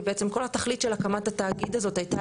כי בעצם כל התכלית של הקמת התאגיד הזה הייתה